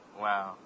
Wow